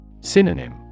Synonym